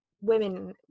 women